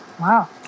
Wow